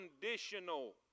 conditional